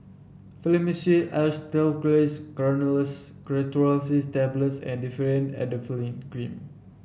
Fluimucil Granules Tablets and Differin Adapalene Green